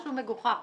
משהו מגוחך.